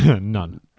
None